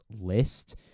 list